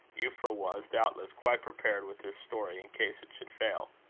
euphra was, doubtless, quite prepared with her story in case it should fail.